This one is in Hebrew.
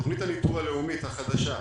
בתוכנית הניטור הלאומית החדשה,